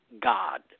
God